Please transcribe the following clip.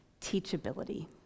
teachability